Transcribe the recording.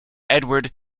edward